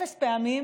אפס פעמים